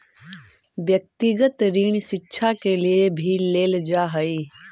व्यक्तिगत ऋण शिक्षा के लिए भी लेल जा हई